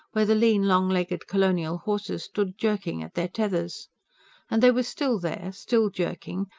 where the lean, long-legged colonial horses stood jerking at their tethers and they were still there, still jerking,